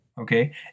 Okay